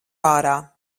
ārā